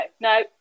no